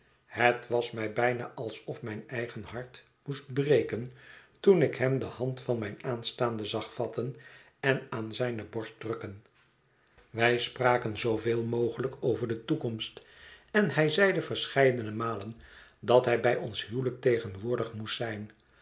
het was mij bijna alsof mijn eigen hart moest breken toen ik hem de hand van mijn aanstaande zag vatten en aan zijne borst drukken wij spraken zooveel mogelijk over de toekomst en hij zeide verscheidene malen dat hij bij ons huwelijk tegenwoordig moest zijn